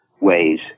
ways